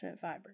fiber